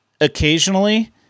occasionally